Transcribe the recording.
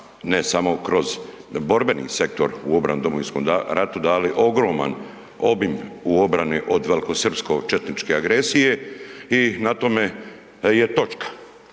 ne samo kroz borbeni sektor u obrani u Domovinskom ratu dali ogroman obim u obrani od velikosrpske četničke agresije i na tom je točka.